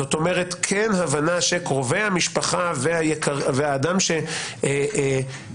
זאת אומרת, כן הבנה שקרובי המשפחה והאדם שנפגע